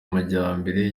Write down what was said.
amajyambere